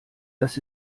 dass